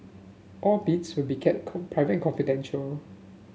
all bids will be kept private and confidential